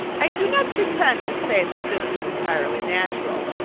i do not pretend to say that this is entirely natural.